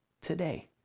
today